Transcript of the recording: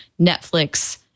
Netflix